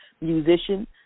musician